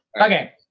Okay